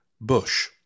Bush